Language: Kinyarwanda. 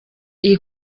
iyi